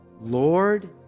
Lord